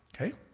Okay